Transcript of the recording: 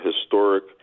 historic